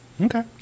okay